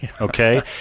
Okay